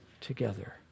together